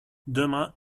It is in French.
demain